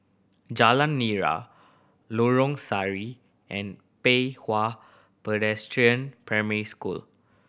Jalan Nira Lorong Sari and Pei Hwa Presbyterian Primary School